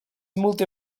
multi